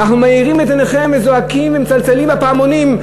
ואנחנו מאירים את עיניכם וזועקים ומצלצלים בפעמונים,